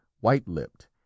white-lipped